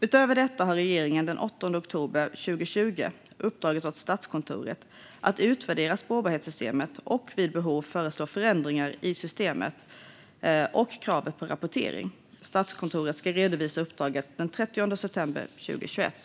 Utöver detta har regeringen den 8 oktober 2020 uppdragit åt Statskontoret att utvärdera spårbarhetssystemet och vid behov föreslå förändringar i systemet och kraven på rapportering. Statskontoret ska redovisa uppdraget den 30 september 2021.